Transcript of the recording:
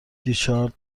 ریچارد